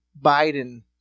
Biden